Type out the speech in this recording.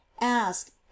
ask